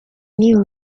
new